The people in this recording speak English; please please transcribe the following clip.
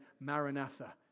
Maranatha